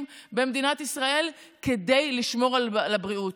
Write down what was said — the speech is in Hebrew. במדינת ישראל כדי לשמור על הבריאות.